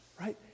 Right